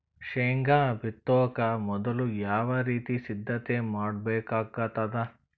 ಶೇಂಗಾ ಬಿತ್ತೊಕ ಮೊದಲು ಯಾವ ರೀತಿ ಸಿದ್ಧತೆ ಮಾಡ್ಬೇಕಾಗತದ?